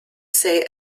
say